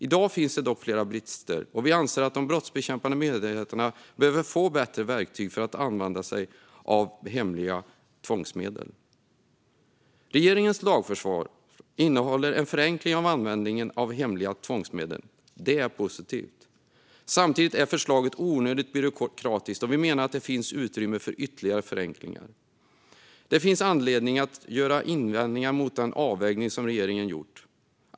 I dag finns det dock flera brister, och vi anser att de brottsbekämpande myndigheterna behöver få bättre verktyg för att använda sig av hemliga tvångsmedel. Regeringens lagförslag innehåller en förenkling av användningen av hemliga tvångsmedel. Det är positivt. Samtidigt är förslaget onödigt byråkratiskt, och vi menar att det finns utrymme för ytterligare förenklingar. Det finns anledning att ha invändningar mot den avvägning som regeringen har gjort.